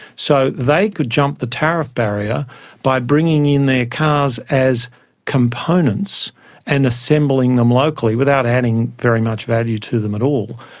so they could jump the tariff barrier by bringing in their cars as components and assembling them locally without adding very much value to them at all.